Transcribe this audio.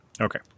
Okay